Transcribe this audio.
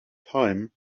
time